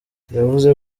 yavuze